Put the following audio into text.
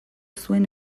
zuen